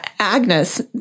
Agnes